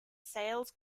sales